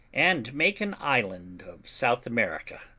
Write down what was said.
and make an island of south america.